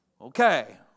Okay